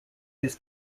this